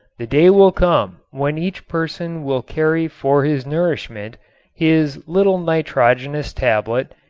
the day will come when each person will carry for his nourishment his little nitrogenous tablet,